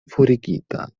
forigita